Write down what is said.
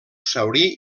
saurí